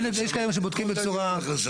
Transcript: יש כאלה שבודקים בצורה.